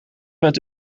met